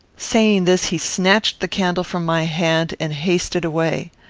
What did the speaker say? saying this, he snatched the candle from my hand, and hasted away.